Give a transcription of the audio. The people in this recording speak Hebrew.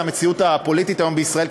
זו המציאות הפוליטית היום בישראל.